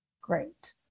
Great